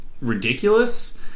ridiculous